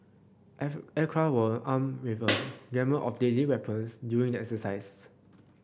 aircraft were armed with a gamut of deadly weapons during the exercise